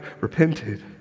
repented